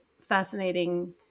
fascinating